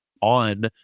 on